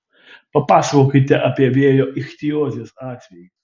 papasakokite apie vėjo ichtiozės atvejį